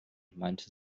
meinte